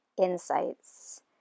insights